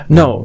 no